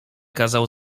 kazał